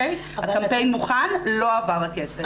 הקמפיין מוכן, לא עבר הכסף.